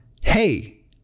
hey